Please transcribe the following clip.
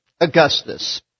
Augustus